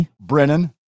Brennan